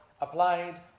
applied